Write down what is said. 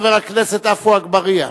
חבר הכנסת עפו אגבאריה.